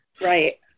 Right